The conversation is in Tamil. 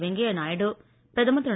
வெங்கையா நாயுடு பிரதமர் திரு